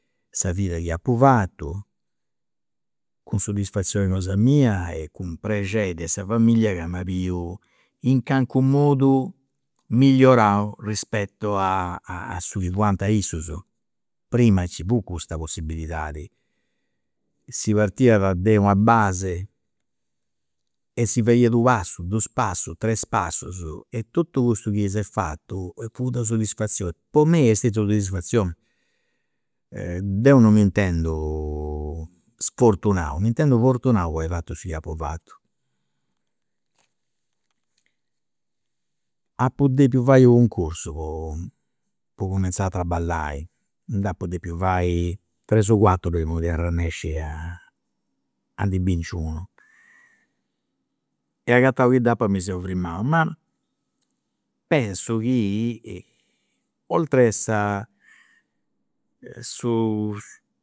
Sa vida chi apu fatu cun sodisfazioni cosa mia e cun prexeri de sa familia ca m'at biu in calincunu modu migliorau rispetto a su chi fuant issus, prima nci fut custa possibilidadi, si partiat de una base e si fadiat u' passu, dus passus, tres passus e totu cussu chi s'est fatu fut una soddisfazioni, po mei est stetiu una soddisfazioni e deu non m'intendu sfortunau, m'intendu fortunau po ai fatu su chi apu fatu. Apu depiu fai u' cuncursu po po cumenzai a traballai, nd'apu depiu fai tres o cuatru po podi arrennesci a a ndi binci unu. E agatau chi dd'apu mi seu firmau ma pensu chi si, oltre sa su